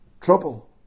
Trouble